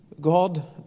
God